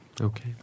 Okay